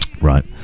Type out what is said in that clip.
Right